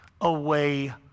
away